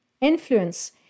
Influence